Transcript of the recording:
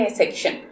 section